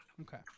Okay